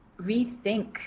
rethink